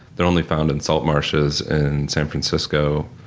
they're only found in salt marshes in san francisco,